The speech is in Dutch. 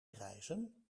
reizen